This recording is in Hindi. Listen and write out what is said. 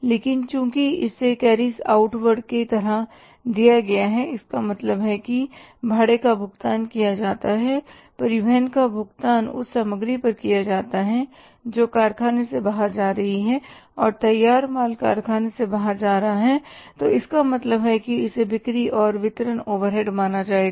लेकिन चूंकि इसे कैरिज आउटवार्ड की तरह दिया गया है इसका मतलब है कि भाड़े का भुगतान किया जाता है परिवहन का भुगतान उस सामग्री पर किया जाता है जो कारखाने से बाहर जा रही है और तैयार माल कारखाने से बाहर जा रहा है तो इसका मतलब है कि इसे बिक्री और वितरण ओवरहेड माना जाएगा